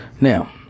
Now